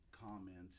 comments